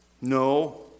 No